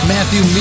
Matthew